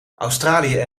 australië